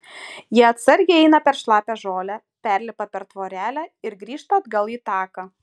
jie atsargiai eina per šlapią žolę perlipa per tvorelę ir grįžta atgal į taką